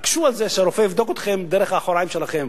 תתעקשו על זה שהרופא יבדוק אתכם דרך האחוריים שלכם,